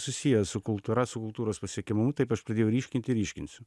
susiję su kultūra su kultūros pasiekimu tai kažkodėl ryškinti ryškinsiu